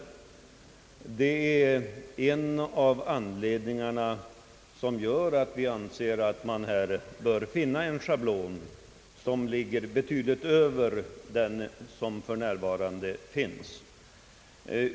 Det är en av anledningarna till att vi anser att man här bör finna en schablon som ligger betydligt över vad som nu tillämpas.